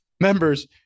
members